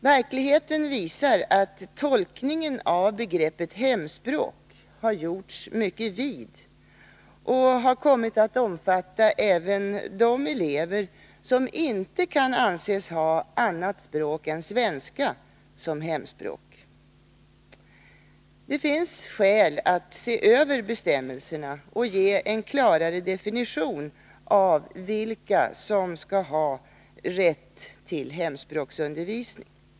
Verkligheten visar att tolkningen av begreppet hemspråk har gjorts mycket vid och kommit att omfatta även de elever som inte kan anses ha annat språk än svenska som hemspråk. Det finns skäl att se över bestämmelserna och ge en klarare definition av vilka som skall ha rätt till hemspråksundervisning.